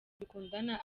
dukundana